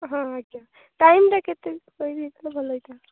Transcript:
ହଁ ଆଜ୍ଞା ଟାଇମ୍ଟା କେତେ ଟିକେ କହି ଦେଇଥିଲେ ଭଲ ହେଇଥାନ୍ତା